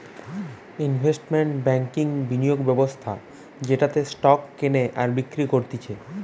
investment ব্যাংকিংবিনিয়োগ ব্যবস্থা যেটাতে স্টক কেনে আর বিক্রি করতিছে